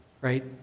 Right